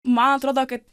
man atrodo kad